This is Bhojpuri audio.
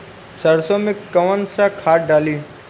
सरसो में कवन सा खाद डाली?